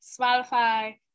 Spotify